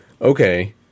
okay